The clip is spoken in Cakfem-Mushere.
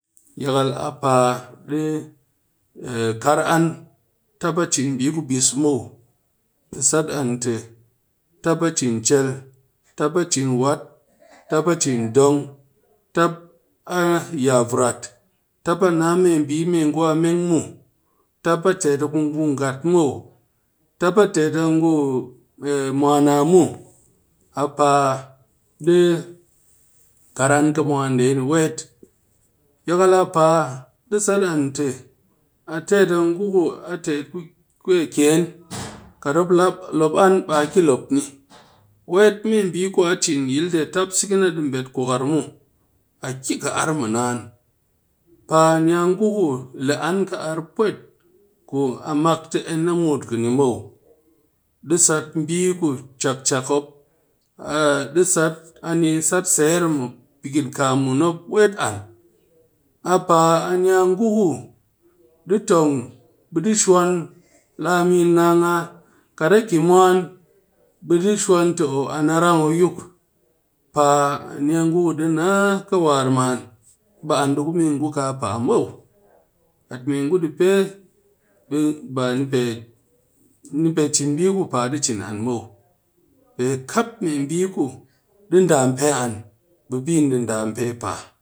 Yakal a paa di kar an tap a cin mbi kwa ku biis muw. Di sat an tap a cin wat, tap a cin chel, tap a cin dong, tap ya vurat, tap a naa mee mbi mee ngu a meng muw, tap a tet a ngu ngat muw, tap a tet a ngu mwana muw, a paa di kar an khi mwan dee ni weetm yakal a paa di sat an te a tet a ngu ku a tet ku keen. Kat mop lop an ɓe a ki lop ni, weet bii ku a cin yil ɗee ɓe tap siki na di beet kwakar muw. A ki khi ar mɨ naan, be a ni a ngu ku le an kɨ ar pwet, ku a mak tɨ enn na muut khi ni muw. Di sat bii ku chak chak mop an, di sat, a ni sat ser mɨ pikinkaam mun mop weet an. Paa ni a ngu di tong, di shwan laa min ngaa ngaa, kat a ki mwan, ɓe di shwan te oow, an a rang eeyuk, paa ni a ngu ku di naa khiwar man, ɓe an di ku mee ngu ku kaa paa muw. Kat mee ngu di pee, ɓe ba ni pe, ni pe cin bii ku paa di cin an muw. Pe kap mee bii ku di dampe an ɓe bii ni di dampe paa.